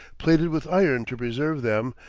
plated with iron to preserve them,